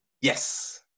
Yes